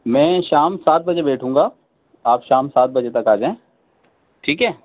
میں شام سات بجے بیٹھوں گا آپ شام سات بجے تک آ جائیں ٹھیک ہے